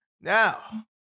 Now